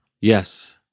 Yes